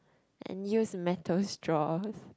and use metal straw